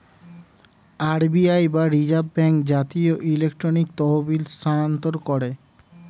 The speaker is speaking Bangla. আর.বি.আই বা রিজার্ভ ব্যাঙ্ক জাতীয় ইলেকট্রনিক তহবিল স্থানান্তর করে